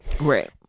right